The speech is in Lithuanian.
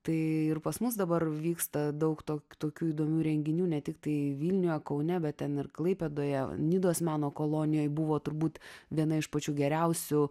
tai ir pas mus dabar vyksta daug to tokių įdomių renginių ne tiktai vilniue kaune bet ten ir klaipėdoje nidos meno kolonijoj buvo turbūt viena iš pačių geriausių